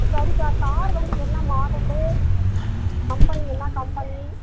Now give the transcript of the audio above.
சரிப்பா கார் வந்து என்ன மாடலு கம்பெனி என்ன கம்பெனி